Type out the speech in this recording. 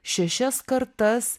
šešias kartas